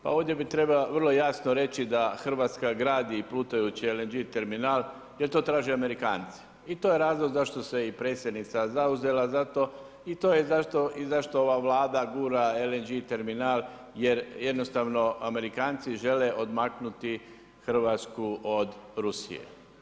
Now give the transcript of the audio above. Pa ovdje treba vrlo jasno reći da Hrvatska gradi plutajući LNG terminal jer to traže Amerikanci i to je razlog zašto se i Predsjednica zauzela za to i to je zašto ova Vlada gura LNG terminal jer jednostavno Amerikanci žele odmaknuti Hrvatsku od Rusije.